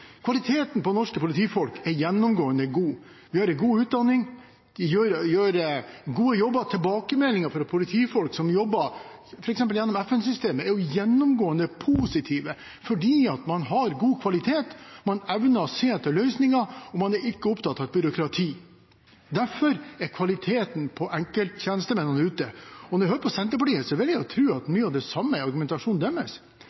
Kvaliteten på norske politifolk er gjennomgående god. De har en god utdanning, de gjør gode jobber. Tilbakemeldinger fra politifolk som jobber f.eks. gjennom FN-systemet, er gjennomgående positive fordi man har god kvalitet, man evner å se etter løsninger, og man er ikke opptatt av byråkrati. Derfor er det kvalitet på enkelttjenestemennene der ute. Og når jeg hører på Senterpartiet, vil jeg tro at mye av det samme er argumentasjonen deres.